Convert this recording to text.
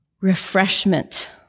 refreshment